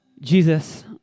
Jesus